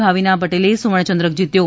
ભાવિના પટેલે સુવર્ણચંદ્રક જીત્યો